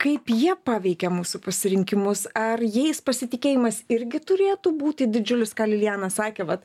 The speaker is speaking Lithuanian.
kaip jie paveikia mūsų pasirinkimus ar jais pasitikėjimas irgi turėtų būti didžiulis ką lilijana sakė vat